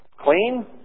clean